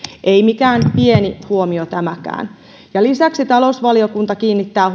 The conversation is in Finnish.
ei mikään pieni huomio tämäkään lisäksi talousvaliokunta kiinnittää